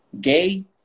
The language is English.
gay